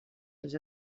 les